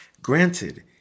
Granted